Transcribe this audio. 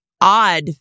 odd